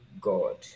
God